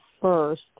first